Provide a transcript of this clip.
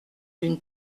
d’une